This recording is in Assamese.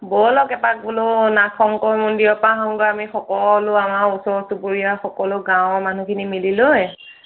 ব'লক এপাক বোলো নাগ শংকৰ মন্দিৰৰ পৰা আঁহোগৈ আমি সকলো আমাৰ ওচৰ চুবুৰীয়া সকলো গাঁৱৰ মানুহখিনি মিলি লৈ